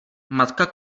matka